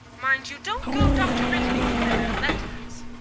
mind you dont go dr ridgeoning him in them letters.